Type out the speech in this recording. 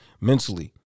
mentally